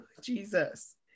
Jesus